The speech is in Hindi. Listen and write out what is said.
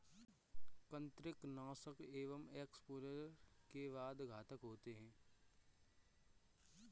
कृंतकनाशक एक एक्सपोजर के बाद घातक होते हैं